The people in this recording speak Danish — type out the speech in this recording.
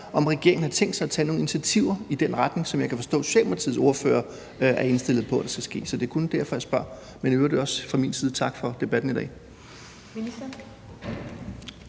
om regeringen har tænkt sig at tage nogen initiativer i den retning, som jeg kan forstå at Socialdemokraternes ordfører er indstillet på skal ske. Så det er kun derfor, jeg spørger. Men i øvrigt også fra min side tak for debatten i dag.